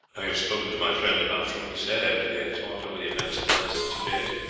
i have spoken to my friend about you, he said, after they had talked over the events of the last two days,